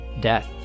death